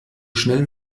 schnell